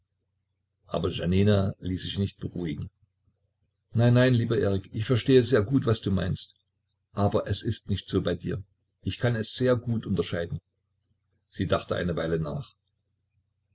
aber janina ließ sich nicht beruhigen nein nein lieber erik ich verstehe sehr gut was du meinst aber es ist nicht so bei dir ich kann es sehr gut unterscheiden sie dachte eine weile nach